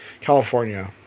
California